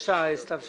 בבקשה, סתיו שפיר.